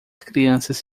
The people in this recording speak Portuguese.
crianças